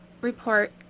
report